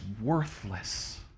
worthless